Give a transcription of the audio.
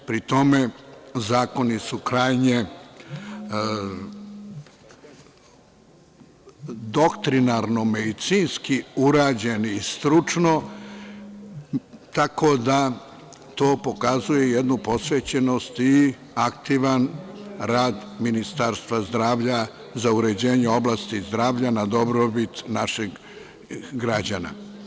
Pri tome, zakoni su krajnje doktrinarno medicinski urađeni i stručno, tako da to pokazuje jednu posvećenost i aktivan rad Ministarstva zdravlja za uređenje oblasti zdravlja na dobrobit naših građana.